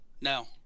no